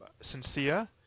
sincere